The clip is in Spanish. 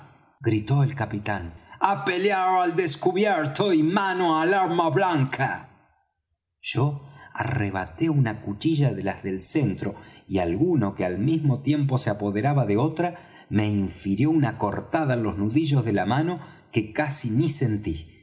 gritó el capitán á pelear al descubierto y mano al arma blanca yo arrebaté una cuchilla de las del centro y alguno que al mismo tiempo se apoderaba de otra me infirió una cortada en los nudillos de la mano que casi ni sentí